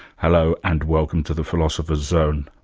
hello and welcome to the philosopher's zone.